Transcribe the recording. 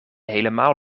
helemaal